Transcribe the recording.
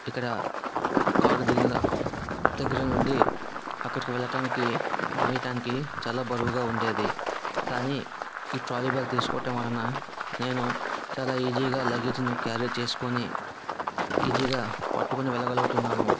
ఇక్కడ కారు దిగిన దగ్గర నుండి అక్కడికి వెళ్ళటానికి మోయటానికి చాలా బరువుగా ఉండేది కానీ ఈ ట్రాలీ బ్యాగ్ తీసుకోవటం వలన నేను చాలా ఈజీగా లగేజ్ను క్యారి చేసుకొని ఈజీగా పట్టుకుని వెళ్ళగలుగుతున్నాను